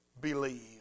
believe